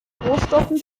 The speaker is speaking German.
rohstoffen